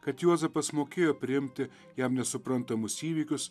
kad juozapas mokėjo priimti jam nesuprantamus įvykius